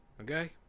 Okay